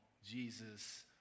Jesus